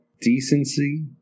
decency